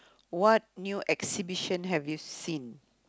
what new exhibition have you seen